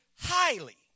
highly